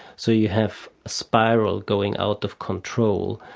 so you have a spiral going out of control,